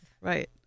right